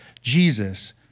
Jesus